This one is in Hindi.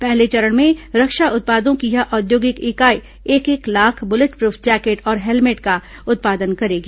पहले चरण में रक्षा उत्पादों की यह औद्योगिक इकाई एक एक लाख ब्लेटप्रफ जैकेट और हेलमेट का उत्पादन करेगी